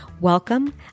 welcome